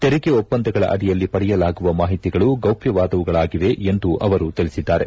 ತೆರಿಗೆ ಒಪ್ಪಂದಗಳ ಅಡಿಯಲ್ಲಿ ಪಡೆಯಲಾಗುವ ಮಾಹಿತಿಗಳು ಗೌಪ್ಲವಾದವುಗಳಾಗಿವೆ ಎಂದು ಅವರು ತಿಳಿಸಿದ್ದಾರೆ